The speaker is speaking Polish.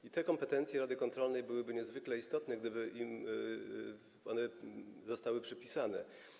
I te kompetencje rady kontrolnej byłyby niezwykle istotne, gdyby im one zostały przypisane.